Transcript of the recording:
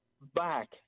back